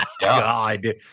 god